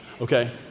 Okay